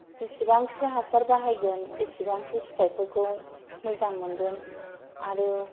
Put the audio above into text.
जिसिबांखि हासार बाहायगोन इसिबांखि फिथायफोरखौ मोजां मोनगोन आरो